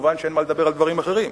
כמובן אין מה לדבר על דברים אחרים.